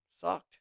sucked